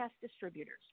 distributors